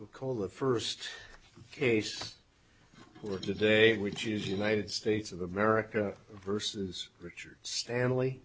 good call the first case for today which is united states of america versus richard stanley